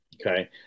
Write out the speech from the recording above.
Okay